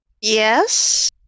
Yes